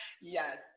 Yes